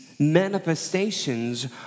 manifestations